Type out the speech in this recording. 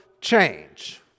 change